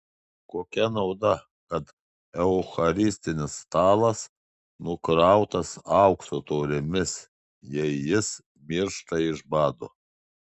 kokia nauda kad eucharistinis stalas nukrautas aukso taurėmis jei jis miršta iš bado